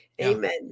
Amen